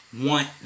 want